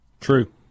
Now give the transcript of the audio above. True